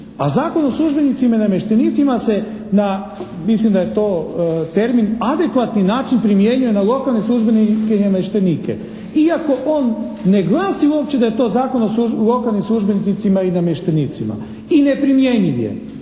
a Zakon o službenicima i namještenicima se na, mislim da je to termin adekvatni način primjenjuje na lokalne službenike i namještenike iako on ne glasi uopće da je to Zakon o lokalnim službenicima i namještenicima i ne primjenjuje.